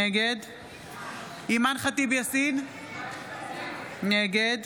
נגד אימאן ח'טיב יאסין, נגד